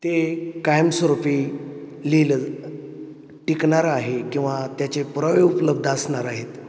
ते कायमस्वरूपी लिहिलं टिकणारं आहे किंवा त्याचे पुरावे उपलब्ध असणार आहेत